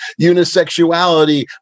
unisexuality